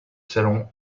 salons